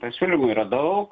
pasiūlymų yra daug